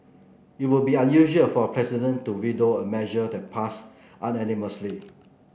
it would be unusual for a president to veto a measure that passed unanimously